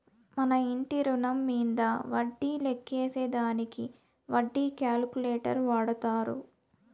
మన ఇంటి రుణం మీంద వడ్డీ లెక్కేసే దానికి వడ్డీ క్యాలిక్యులేటర్ వాడతారు